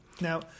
Now